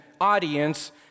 audience